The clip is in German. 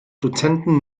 dozenten